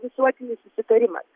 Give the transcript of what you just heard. visuotinis susitarimas